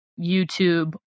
YouTube